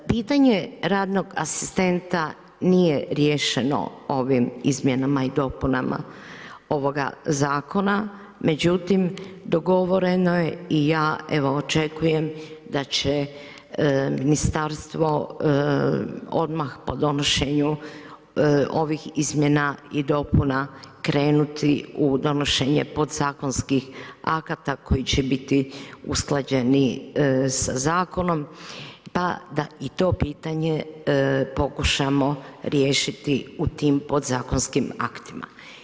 Pitanje radnog asistenta nije riješeno ovim izmjenama i dopunama ovoga zakona, međutim, dogovoreno je i ja evo, očekujem da će ministarstvo odmah po donošenju ovih izmjena i dopuna krenuti u donošenje podzakonskih akata koji će biti usklađeniji sa zakonom, pa da i to pitanje pokušamo riješiti u tim podzakonskim aktima.